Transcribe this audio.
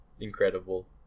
Incredible